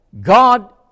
God